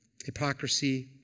Hypocrisy